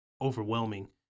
overwhelming